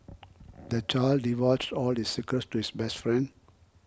the child divulged all his secrets to his best friend